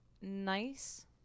nice